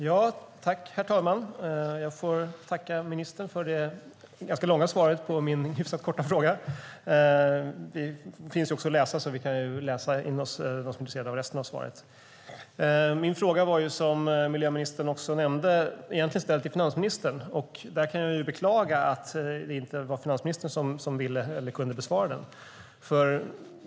Herr talman! Jag tackar ministern för det ganska långa svaret på min hyfsat korta fråga. Det finns ju också att läsa, så de som är intresserade av resten av svaret kan läsa det. Min fråga var, som miljöministern också nämnde, egentligen ställd till finansministern. Jag beklagar att det inte var finansministern som ville eller kunde besvara den.